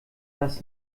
das